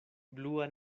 blua